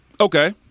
Okay